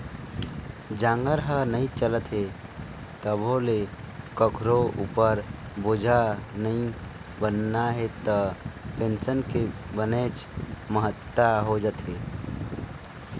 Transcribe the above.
जांगर ह नइ चलत हे तभो ले कखरो उपर बोझा नइ बनना हे त पेंसन के बनेच महत्ता हो जाथे